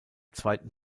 zweiten